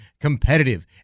competitive